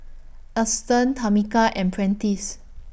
Auston Tamika and Prentiss